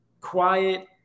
quiet